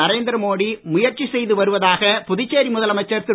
நரேந்திரமோடி முயற்சி செய்து வருவதாக புதுச்சேரி முதலமைச்சர் திரு